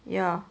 ya